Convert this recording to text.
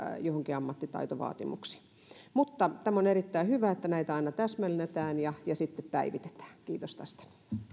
johonkin ammattitaitovaatimuksiin on erittäin hyvä että näitä aina täsmennetään ja ja päivitetään kiitos tästä